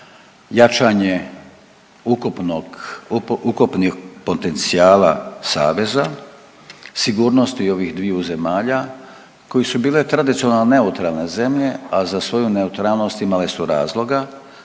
ukupnog, ukupnih potencijala saveza, sigurnosti ovih dviju zemalja koje su bile tradicionalno neutralne zemlje, a za svoju neutralnosti imale su razloga,